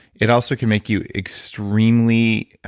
it also can make you extremely.